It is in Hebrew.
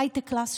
הייטקלאס,